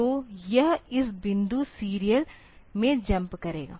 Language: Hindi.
तो यह इस बिंदु सीरियल में जम्प करेगा